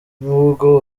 nubwo